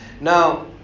Now